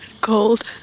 cold